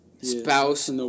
spouse